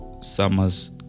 summer's